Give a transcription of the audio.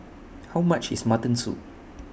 How much IS Mutton Soup